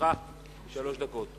לרשותך שלוש דקות.